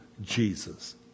Jesus